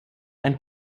ein